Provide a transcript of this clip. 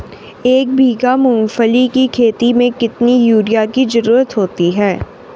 एक बीघा मूंगफली की खेती में कितनी यूरिया की ज़रुरत होती है?